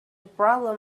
problem